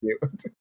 cute